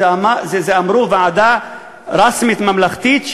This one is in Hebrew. זה אמרה ועדה רשמית ממלכתית,